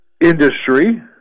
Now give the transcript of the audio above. industry